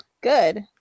Good